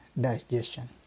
digestion